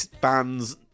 bands